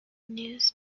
news